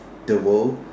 the world